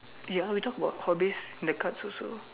ya we talked about hobbies in the cards also